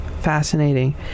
Fascinating